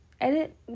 edit